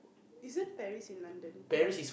isn't Paris in London lol